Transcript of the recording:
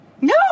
No